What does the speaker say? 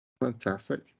Fantastic